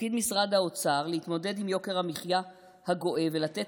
תפקיד משרד האוצר להתמודד עם יוקר המחיה הגואה ולתת